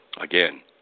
again